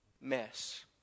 mess